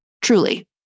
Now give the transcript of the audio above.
Truly